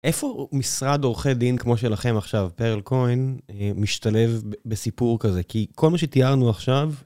איפה משרד עורכי דין כמו שלכם עכשיו, פרל קויין, משתלב בסיפור כזה? כי כל מה שתיארנו עכשיו...